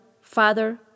father